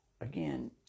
again